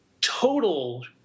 total